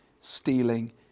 stealing